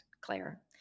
Claire